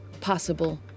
possible